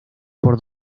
por